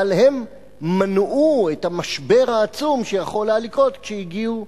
אבל הם מנעו את המשבר העצום שהיה יכול לקרות כשהגיעו